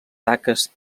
taques